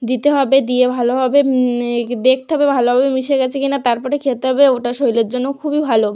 দিতে হবে দিয়ে ভালোভাবে দেখতে হবে ভালোভাবে মিশে গেছে কিনা তারপরে খেতে হবে ওটা শরীরের জন্যও খুবই ভালো